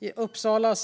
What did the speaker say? i Kallinge.